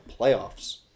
playoffs –